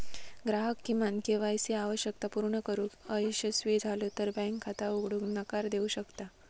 ग्राहक किमान KYC आवश्यकता पूर्ण करुक अयशस्वी झालो तर बँक खाता उघडूक नकार देऊ शकता